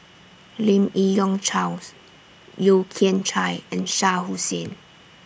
Lim Yi Yong Charles Yeo Kian Chai and Shah Hussain